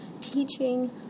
teaching